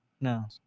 No